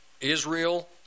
Israel